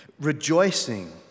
rejoicing